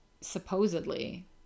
supposedly